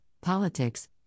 politics